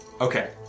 Okay